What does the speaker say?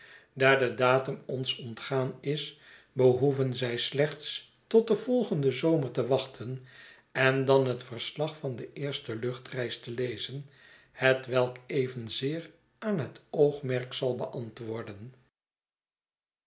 daar de datum ons ontgaan is behoeven zij slechts tot den volgenden zomer te wachten en dan het verslag van de eerste luchtreis te lezen hetwelk evenzeer aan het oogmerk zal beantwoorden